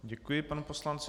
Děkuji panu poslanci.